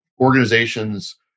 organizations